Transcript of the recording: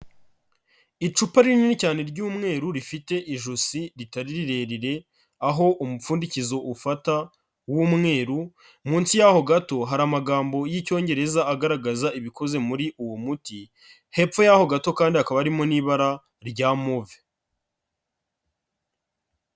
Icupa rinini cyane ry'umweru rifite ijosi ritari rirerire, aho umupfundikizo ufata w'umweruru, munsi yaho gato hari amagambo y'icyongereza agaragaza ibikoze muri uwo muti, hepfo yaho gato kandi hakaba harimo n'ibara rya move.